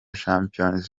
champions